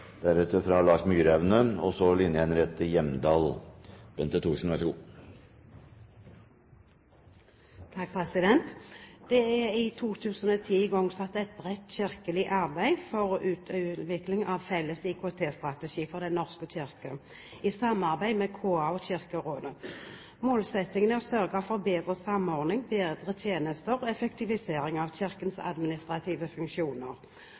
Det er i 2010 igangsatt et bredt kirkelig arbeid for utvikling av en felles IKT-strategi for Den norske kirke, i samarbeid med Kirkens Arbeidsgiverforening og Kirkerådet. Målsettingen er å sørge for bedre samordning, bedre tjenester og effektivisering av Kirkens administrative funksjoner.